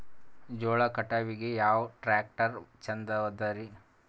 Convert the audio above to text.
ಜೋಳ ಕಟಾವಿಗಿ ಯಾ ಟ್ಯ್ರಾಕ್ಟರ ಛಂದದರಿ?